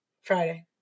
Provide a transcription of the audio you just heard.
Friday